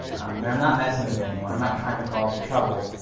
and i'm not messing with anyone. i'm not trying to cause trouble.